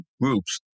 groups